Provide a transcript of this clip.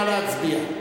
נא להצביע.